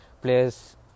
players